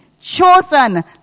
chosen